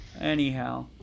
anyhow